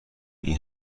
این